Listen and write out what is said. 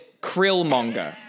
Krillmonger